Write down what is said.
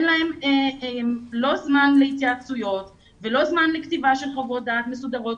להם לא זמן להתייעצויות ולא זמן לכתיבת חוות דעת מסודרות,